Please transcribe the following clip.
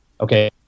okay